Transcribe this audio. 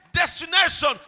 destination